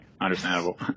Understandable